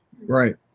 Right